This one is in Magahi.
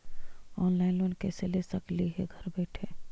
ऑनलाइन लोन कैसे ले सकली हे घर बैठे?